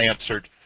answered